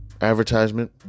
advertisement